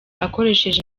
akoresheje